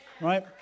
right